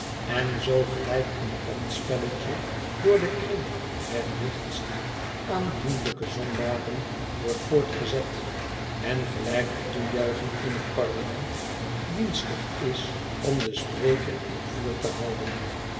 en zoo gelijk een pandspelletje door den kring der lichtst aandoenlijke zondaren wordt voortgezet en gelijk de toejuiching in het parlement dienstig is om den spreker in vuur te houden